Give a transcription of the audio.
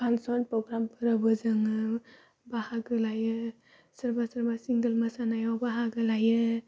function फ्रग्रामफोरावबो जोङो बाहागो लायो सोरबा सोरबा सिंगेल मोसानायाव बाहागो लायो